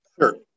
sure